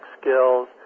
skills